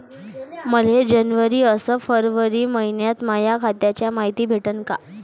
मले जनवरी अस फरवरी मइन्याची माया खात्याची मायती भेटन का?